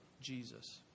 Jesus